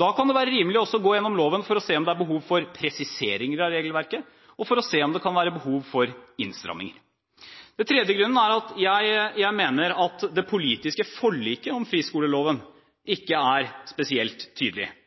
Da kan det være rimelig å gå gjennom loven for å se om det er behov for presiseringer av regelverket, og for å se om det kan være behov for innstramminger. For det tredje mener jeg at det politiske forliket om friskoleloven ikke er spesielt tydelig,